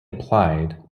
applied